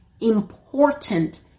important